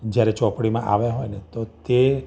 જ્યારે ચોપડીમાં આવ્યા હોય ને તો તે